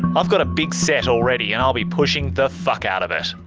i've got a big set already and i'll be pushing the fuck out of it.